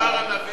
על זה אמר הנביא: